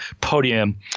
podium